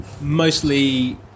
mostly